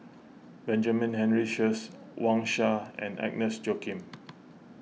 Benjamin Henry Sheares Wang Sha and Agnes Joaquim